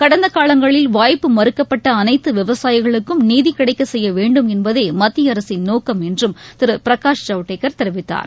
கடந்த காலங்களில் வாய்ப்பு மறுக்கப்பட்ட அனைத்து விவசாயிகளுக்கும் நீதி கிடைக்க செய்யவேண்டும் என்பதே மத்திய அரசின் நோக்கம் என்றும் திரு பிரகாஷ் ஜவடேகர் தெரிவித்தார்